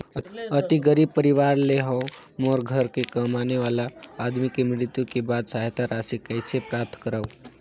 अति गरीब परवार ले हवं मोर घर के कमाने वाला आदमी के मृत्यु के बाद सहायता राशि कइसे प्राप्त करव?